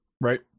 Right